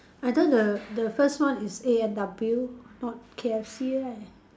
I thought the the first one is A and W not K_F_C right